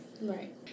Right